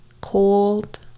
cold